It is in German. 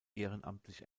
ehrenamtlich